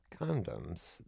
condoms